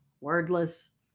wordless